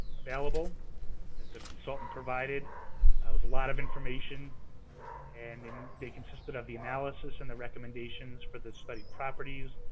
available that the consultant provided. it was a lot of information and they consisted of the analysis and the recommendations for the study properties.